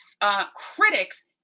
critics